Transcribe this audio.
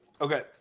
okay